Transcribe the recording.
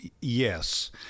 yes